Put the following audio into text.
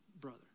brother